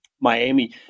Miami